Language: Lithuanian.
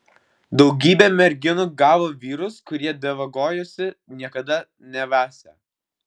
daugybė merginų gavo vyrus kurie dievagojosi niekada nevesią